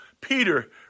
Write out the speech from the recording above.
Peter